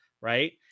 Right